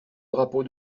drapeau